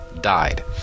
died